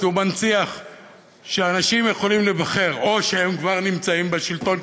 כי הוא מנציח שאנשים יכולים להיבחר או כי הם כבר נמצאים בשלטון,